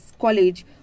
college